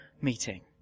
meeting